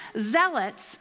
zealots